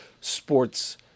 sports